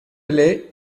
lait